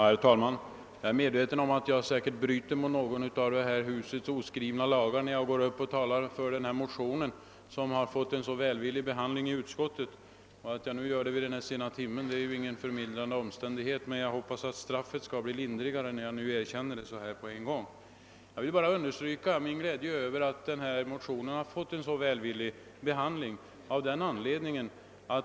Herr talman! Jag bryter säkert mot någon av de oskrivna lagarna här i huset när jag går upp och talar för en motion som har fått en så välvillig behandling i utskottet. Att jag gör det vid denna sena timme är ingen förmildrande omständighet, men jag hoppas att straffet skall bli lindrigare när jag nu erkänner på en gång. Jag vill understryka min glädje över att motionen har fått en så välvillig behandling.